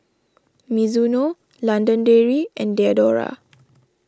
Mizuno London Dairy and Diadora